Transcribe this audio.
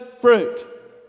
fruit